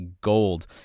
gold